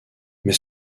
mais